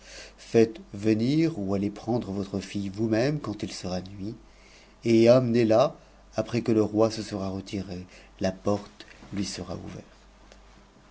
faites venir ou alfez prendre votre fille us tuême quand il sera nuit et amenex ia après que le roi se sera re a lui sera ouverte